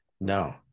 no